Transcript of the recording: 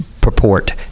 purport